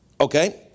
Okay